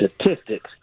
statistics